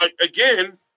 again